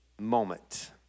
moment